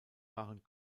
waren